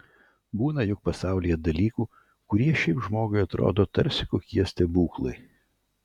būna juk pasaulyje dalykų kurie šiaip žmogui atrodo tarsi kokie stebuklai